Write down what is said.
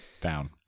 down